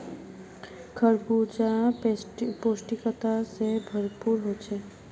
खरबूजा पौष्टिकता से भरपूर होछे